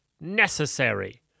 necessary